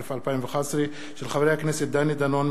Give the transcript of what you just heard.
מאת חברי הכנסת דני דנון,